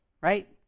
right